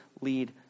lead